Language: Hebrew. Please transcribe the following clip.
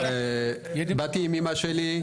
באתי עם אימא שלי,